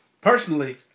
Personally